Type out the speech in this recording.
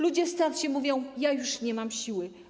Ludzie starsi mówią: Ja już nie mam siły.